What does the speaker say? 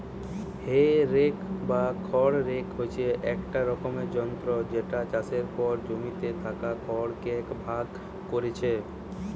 হে rake বা খড় rake হচ্ছে এক রকমের যন্ত্র যেটা চাষের পর জমিতে থাকা খড় কে ভাগ কোরছে